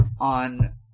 on